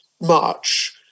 march